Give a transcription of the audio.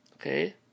Okay